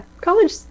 College